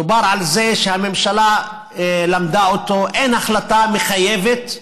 דובר על זה שהממשלה למדה אותו, אין החלטה מחייבת.